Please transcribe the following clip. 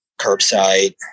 curbside